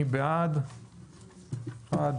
מי בעד אישור סעיף 24?